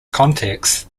context